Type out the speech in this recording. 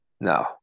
No